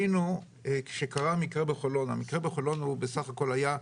המקרה בחולון בסך הכל היה,